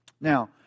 Now